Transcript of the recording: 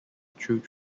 through